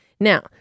Now